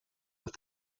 with